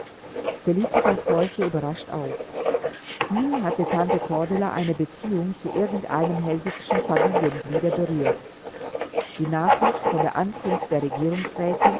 felicitas horchte überrascht auf nie hatte tante cordula eine beziehung zu irgend einem hellwigschen familiengliede berührt die nachricht von der ankunft der